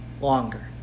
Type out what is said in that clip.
longer